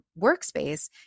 workspace